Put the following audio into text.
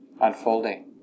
unfolding